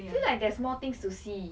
I feel like there's more things to see